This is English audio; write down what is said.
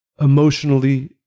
emotionally